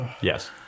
Yes